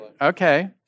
Okay